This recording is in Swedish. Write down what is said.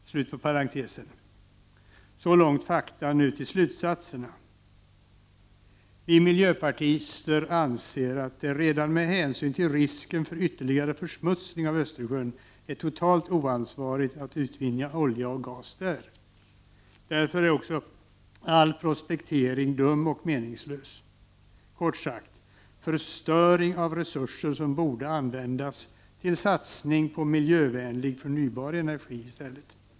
Så långt fakta, och nu till slutsatserna. Vi miljöpartister anser att det redan med hänsyn till risken för ytterliggare försmutsning av Östersjön är totalt oansvarigt att utvinna olja eller gas där. Därför är också all prospektering dum och meningslös. Kort sagt, det är en förstöring av resurser som i stället borde användas till satsning på miljövänlig, förnybar energi.